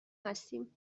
هستیم